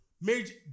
Major